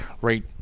right